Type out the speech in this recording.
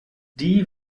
die